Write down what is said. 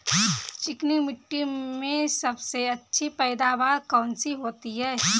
चिकनी मिट्टी में सबसे अच्छी पैदावार कौन सी होती हैं?